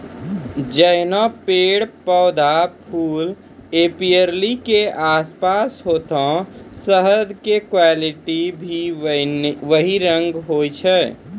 जैहनो पेड़, पौधा, फूल एपीयरी के आसपास होतै शहद के क्वालिटी भी वही रंग होय छै